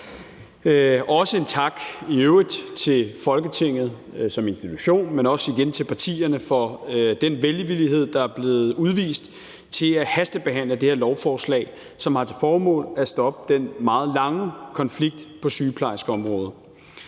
også en tak til Folketinget som institution og her igen til partierne for den velvillighed, der er blevet udvist, med hensyn til at hastebehandle det her lovforslag, som har til formål at stoppe den meget lange konflikt på sygeplejerskeområdet.